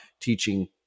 teaching